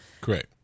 Correct